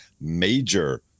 major